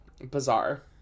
Bizarre